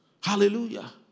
Hallelujah